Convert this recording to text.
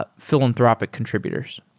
but philanthropic contr ibutors?